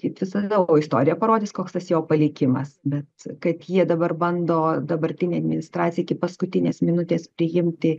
kaip visada o istorija parodys koks tas jo palikimas bet kad jie dabar bando dabartinė administracija iki paskutinės minutės priimti